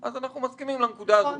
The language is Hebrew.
אנחנו מסכימים על הנקודה הזאת.